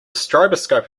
stroboscope